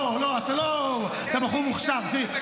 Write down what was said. תן לי את זה קצר.